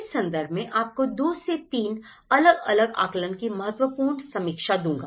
इस संदर्भ में मैं आपको 2 से 3 अलग अलग आकलन की महत्वपूर्ण समीक्षा दूंगा